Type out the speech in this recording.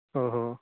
ओ हो